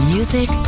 Music